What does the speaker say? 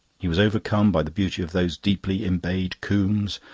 he was overcome by the beauty of those deeply embayed combes,